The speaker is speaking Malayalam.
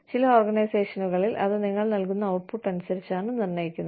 ചില ഓർഗനൈസേഷനുകളിൽ അത് നിങ്ങൾ നൽകുന്ന ഔട്ട്പുട്ട് അനുസരിച്ചാണ് നിർണ്ണയിക്കുന്നത്